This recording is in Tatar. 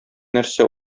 нәрсә